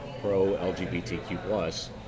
pro-LGBTQ+